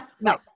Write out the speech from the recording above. No